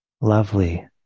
lovely